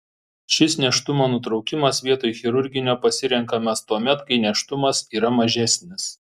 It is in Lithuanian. šis nėštumo nutraukimas vietoj chirurginio pasirenkamas tuomet kai nėštumas yra mažesnis